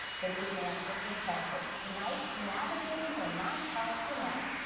good evening, i'm kristin carlson. tonight, navigating vermont health connect.